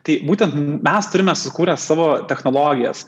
tai būtent mes turime sukūrę savo technologijas